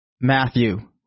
Matthew